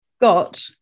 got